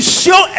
show